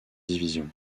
division